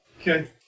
Okay